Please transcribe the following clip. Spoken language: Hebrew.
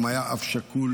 והוא גם היה אב שכול: